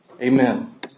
Amen